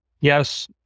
yes